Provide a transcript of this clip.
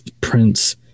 Prince